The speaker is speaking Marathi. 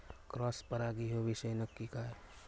क्रॉस परागी ह्यो विषय नक्की काय?